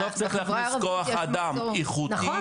בסוף צריך להכניס כוח אדם איכותי